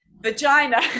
vagina